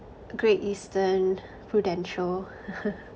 great eastern prudential